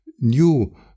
new